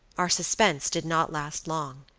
our suspense did not last long.